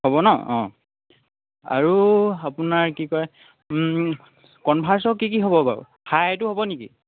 হ'ব ন অঁ আৰু আপোনাৰ কি কয় কনভাৰ্চৰ কি কি হ'ব বাৰু থাই হাইটো হ'বনি